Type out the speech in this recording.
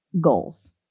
goals